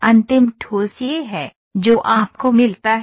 अंतिम ठोस यह है जो आपको मिलता है